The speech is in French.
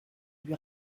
lui